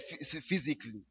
physically